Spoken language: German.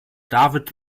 david